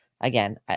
again